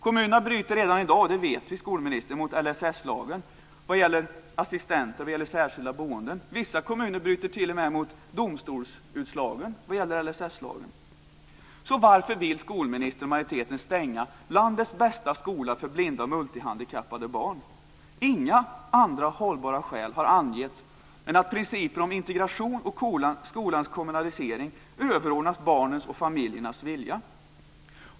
Kommunerna bryter redan i dag - det vet vi, skolministern - mot LSS-lagen när det gäller assistenter och särskilda boenden. Vissa kommuner bryter t.o.m. mot domstolsutslag i samband med LSS lagen. Så varför vill skolministern och majoriteten stänga landets bästa skola för blinda och multihandikappade barn? Inga andra hållbara skäl har angetts än att principen om integration och skolans kommunalisering överordnas barnens och familjernas vilja.